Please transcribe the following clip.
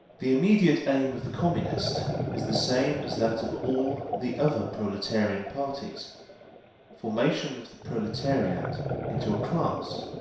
the immediate aim of the communist is the same as that of all the other proletarian parties formation of the proletariat into a class,